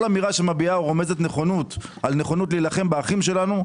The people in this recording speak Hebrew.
אמירה שמביעה או רומזת נכונות על נכונות להילחם באחים שלנו,